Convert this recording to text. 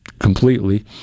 completely